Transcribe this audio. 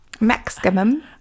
maximum